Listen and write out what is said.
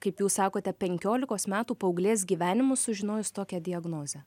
kaip jūs sakote penkiolikos metų paauglės gyvenimas sužinojus tokią diagnozę